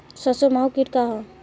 सरसो माहु किट का ह?